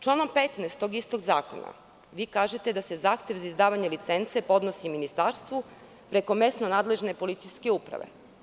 Članom 15. tog istog zakona vi kažete da se zahtev za izdavanje licence podnosi ministarstvu preko mesno nadležne policijske uprave.